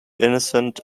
innocent